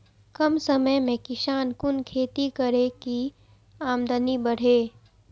कम समय में किसान कुन खैती करै की आमदनी बढ़े?